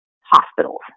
hospitals